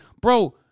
Bro